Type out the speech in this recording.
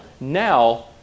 Now